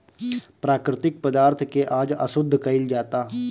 प्राकृतिक पदार्थ के आज अशुद्ध कइल जाता